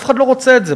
אף אחד לא רוצה את זה.